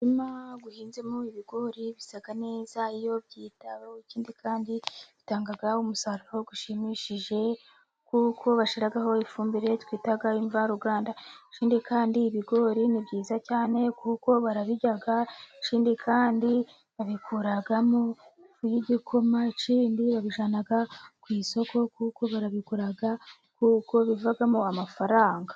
Umurima uhinzemo ibigori bisa neza iyo byitaweho, ikindi kandi bitanga umusaruro ushimishije, kuko bashyiraho ifumbire twita imvaruganda ,ikindi kandi ibigori ni byiza cyane kuko barabirya ikindi kandi babikuramo ifu y'igikoma ikindi babijyana ku isoko kuko barabigura, kuko bivamo amafaranga.